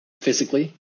physically